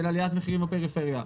של עליית מחירים בפריפריה.